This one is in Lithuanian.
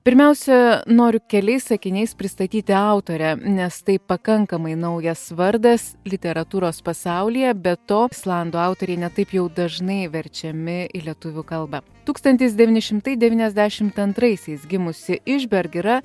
pirmiausia noriu keliais sakiniais pristatyti autorę nes tai pakankamai naujas vardas literatūros pasaulyje be to islandų autoriai ne taip jau dažnai verčiami į lietuvių kalbą tūkstantis devyni šimtai devyniasdešimt antraisiais gimusi ižberg yra